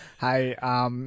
hey